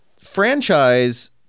Franchise